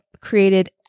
created